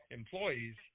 employees